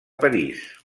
parís